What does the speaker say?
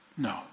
No